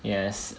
yes